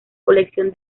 colección